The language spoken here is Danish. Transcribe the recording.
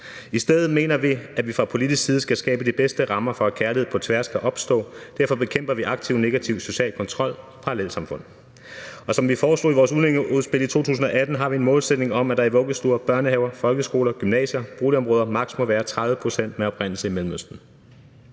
I stedet mener vi, at vi fra politisk side skal skabe de bedste rammer for, at kærlighed på tværs kan opstå. Derfor bekæmper vi aktivt negativ social kontrol i parallelsamfund. Og som vi foreslog i vores udlændingeudspil fra 2018 har vi en målsætning om, at der i vuggestuer, børnehaver, folkeskoler, gymnasier og boligområder maks. må være 30 pct. med oprindelse i Mellemøsten.